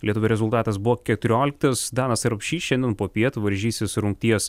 lietuvio rezultatas buvo keturioliktas danas rapšys šiandien popiet varžysis rungties